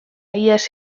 ihes